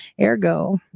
Ergo